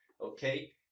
okay